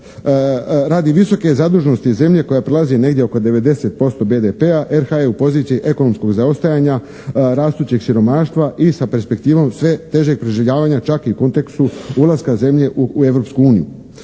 Radi visoke zaduženosti zemlje koja prelazi negdje oko 90% BDP-a RH-a je u poziciji ekonomskog zaostajanja, rastućeg siromaštva i sa perspektivom sve težeg preživljavanja čak i u kontekstu ulaska žene u Europsku uniju.